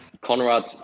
Conrad